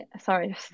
sorry